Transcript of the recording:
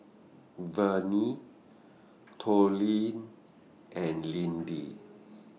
Verne Tollie and Lidie